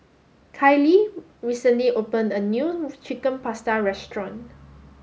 Kallie recently opened a new Chicken Pasta restaurant